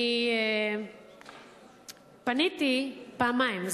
אני פניתי פעמיים,